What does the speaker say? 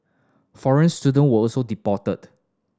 foreign student were also deported